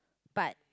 but